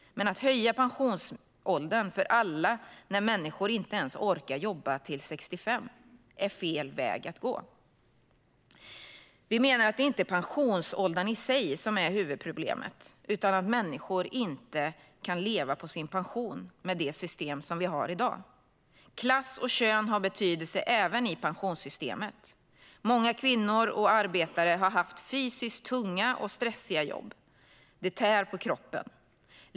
Men att höja pensionsåldern för alla när människor inte ens orkar jobba till 65 är fel väg att gå. Vi menar att huvudproblemet inte är pensionsåldern i sig utan att människor inte kan leva på sin pension med det system vi har i dag. Klass och kön har betydelse även i pensionssystemet. Många kvinnor och arbetare har haft fysiskt tunga och stressiga jobb. Det tär på kroppen.